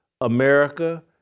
America